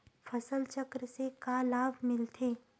फसल चक्र से का लाभ मिलथे?